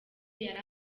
yari